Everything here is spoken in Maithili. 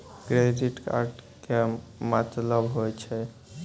क्रेडिट कार्ड के मतलब होय छै?